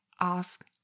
ask